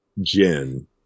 Jen